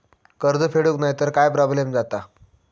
कर्ज फेडूक नाय तर काय प्रोब्लेम जाता?